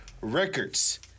Records